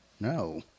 No